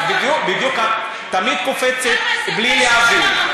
את תמיד קופצת בלי להבין.